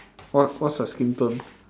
what what's her skin tone